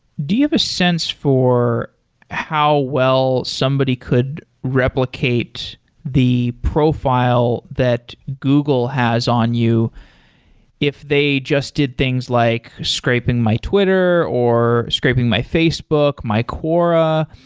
do you have a sense for how well somebody could replicates the profile that google has on you if they just did things like scraping my twitter or scraping my facebook, my quora?